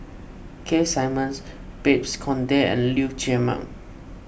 Keith Simmons Babes Conde and Lee Chiaw Meng